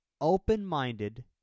Open-minded